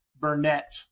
Burnett